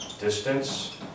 distance